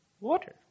water